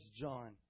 John